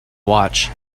watch